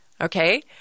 Okay